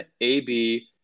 AB